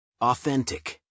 authentic